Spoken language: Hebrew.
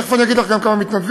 תכף אני אגיד לך כמה מתנדבים,